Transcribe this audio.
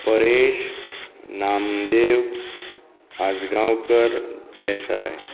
Paresh Namdev Ajgaonkar Desai